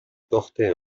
portait